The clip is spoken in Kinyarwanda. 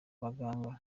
baganga